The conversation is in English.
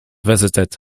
visited